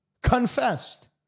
confessed